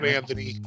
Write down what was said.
Anthony